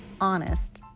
honest